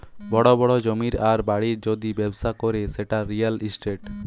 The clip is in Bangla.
বড় বড় জমির আর বাড়ির যদি ব্যবসা করে সেটা রিয়্যাল ইস্টেট